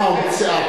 ומה תפקידה?